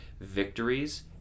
victories